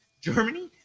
Germany